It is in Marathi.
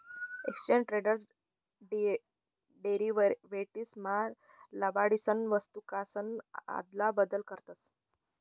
एक्सचेज ट्रेडेड डेरीवेटीव्स मा लबाडसनी वस्तूकासन आदला बदल करतस